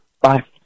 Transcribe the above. Bye